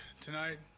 tonight